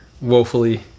woefully